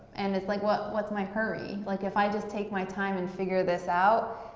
and it's like, what's what's my hurry? like if i just take my time and figure this out,